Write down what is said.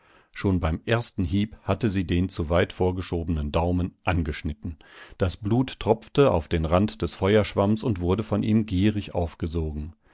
schon beim ersten hieb hatte sie den zu weit vorgeschobenen daumen angeschnitten das blut tropfte auf den rand des feuerschwamms und wurde von ihm gierig aufgesogen